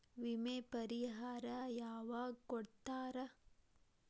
ವಿಮೆ ಪರಿಹಾರ ಯಾವಾಗ್ ಕೊಡ್ತಾರ?